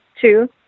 Two